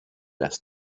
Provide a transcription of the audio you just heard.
las